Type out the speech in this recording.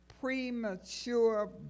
premature